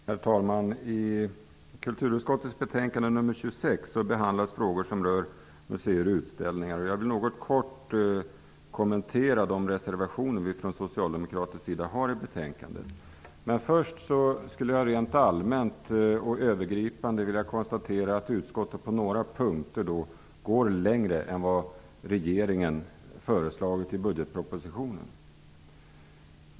Herr talman! I kulturutskottets betänkande 26 behandlas frågor som rör museer och utställningar. Jag vill kort kommentera de reservationer som vi från socialdemokratisk sida har i betänkandet. Men först skulle jag rent allmänt och övergripande vilja konstatera att utskottet på några punkter går längre än vad regeringen föreslagit i budgetpropositionen.